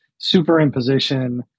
superimposition